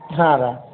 ಹಾಂ ರೀ